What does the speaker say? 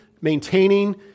maintaining